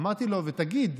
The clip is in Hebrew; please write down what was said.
אמרתי לו: ותגיד,